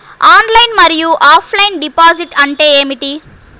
Online మరియు offline deposit అంటే ఏమిటి?